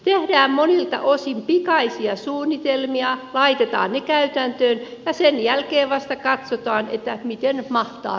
tehdään monilta osin pikaisia suunnitelmia laitetaan ne käytäntöön ja vasta sen jälkeen katsotaan miten mahtaa toimia